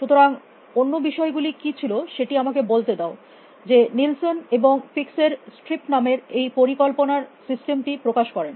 সুতরাং অন্য বিষয় গুলি কী ছিল সেটি আমাকে বলতে দাও যে নিলসন এবং ফিকেসব স্ট্রিপ নামের এই পরিকল্পনার সিস্টেমটি প্রকাশ করেন